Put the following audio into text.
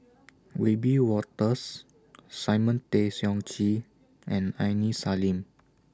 Wiebe Wolters Simon Tay Seong Chee and Aini Salim